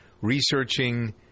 researching